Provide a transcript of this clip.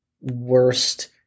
worst